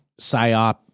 psyop